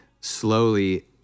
slowly